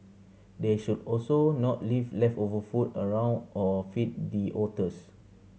they should also not leave leftover food around or feed the otters